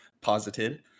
posited